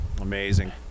Amazing